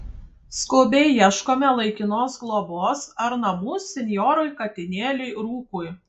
skubiai ieškome laikinos globos ar namų senjorui katinėliui rūkui